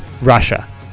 Russia